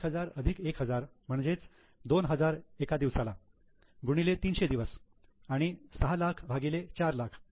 1000 अधिक 1000 म्हणजेच 2000 एका दिवसाला गुणिले 300 दिवस आणि 6 लाख भागिले 4 लाख